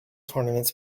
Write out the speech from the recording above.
tournaments